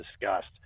discussed